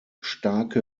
starke